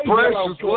Precious